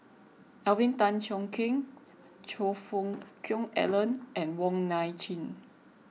Alvin Tan Cheong Kheng Choe Fook Cheong Alan and Wong Nai Chin